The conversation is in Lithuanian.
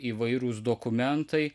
įvairūs dokumentai